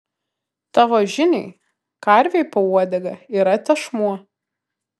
tavo žiniai karvei po uodega yra tešmuo